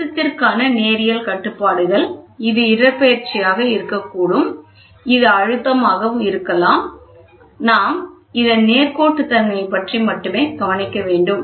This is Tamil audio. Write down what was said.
அழுத்தத்திற்கான நேரியல் கட்டுப்பாடுகள் இது இடப்பெயர்ச்சியாக இருக்கக்கூடும் இது அழுத்தமாக இருக்கலாம் நாம் இதன் நேர்கோட்டு தன்மையைக் பற்றி மட்டுமே கவனிக்க வேண்டும்